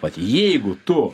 vat jeigu tu